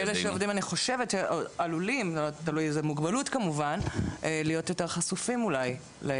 ואלה שעובדים עלולים להיות חשופים יותר לפגיעה.